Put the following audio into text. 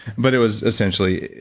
but it was essentially,